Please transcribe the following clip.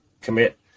commit